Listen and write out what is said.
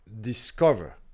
discover